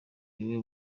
niwe